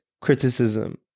criticism